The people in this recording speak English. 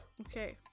Okay